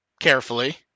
carefully